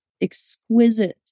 exquisite